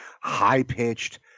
high-pitched